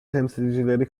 temsilcileri